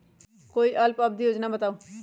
कोई अल्प अवधि योजना बताऊ?